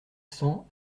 cent